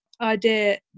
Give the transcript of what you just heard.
idea